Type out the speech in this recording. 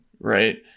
right